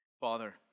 Father